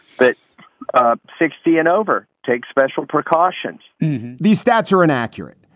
but sixty and over. take special precautions these stats are inaccurate.